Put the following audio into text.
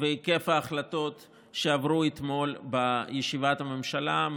והיקף ההחלטות שעברו אתמול בישיבת הממשלה.